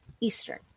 Eastern